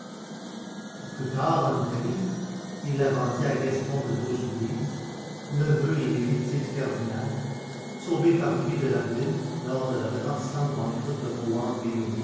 plus tard en italie il la vendit à gaston de dreux soubise neveu et héritier du cardinal sauvé par lui de la ruine lors de la retentissante banqueroute de